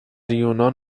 یونان